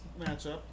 matchup